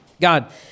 God